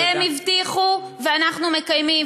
הם הבטיחו ואנחנו מקיימים,